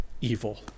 evil